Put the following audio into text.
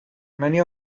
many